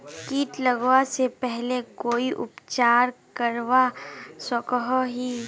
किट लगवा से पहले कोई उपचार करवा सकोहो ही?